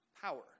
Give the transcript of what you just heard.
power